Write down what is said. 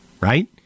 right